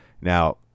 Now